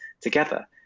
together